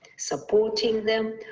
supporting them,